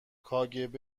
کاگب